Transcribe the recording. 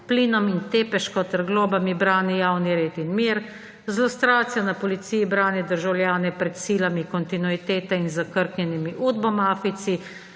plinom in tepežko ter globami brani javni red in mir; z lustracijo na policiji brani državljane pred silami kontinuitete in zakrknjenimi udbamafijci;